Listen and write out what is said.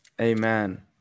Amen